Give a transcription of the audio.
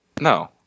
No